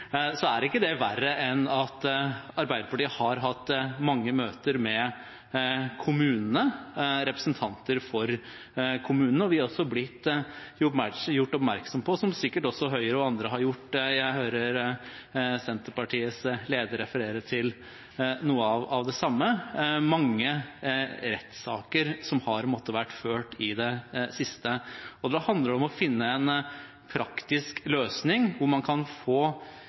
ikke verre enn at Arbeiderpartiet har hatt mange møter med kommunene, representanter for kommunene, og vi har også blitt gjort oppmerksom på – som sikkert også Høyre og andre har, jeg hører Senterpartiets leder refererer til noe av det samme – de mange rettssaker som har måttet vært ført i det siste. Det handler om å finne en praktisk løsning, at man kan få